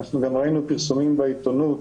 אנחנו גם ראינו פרסומים בעיתונות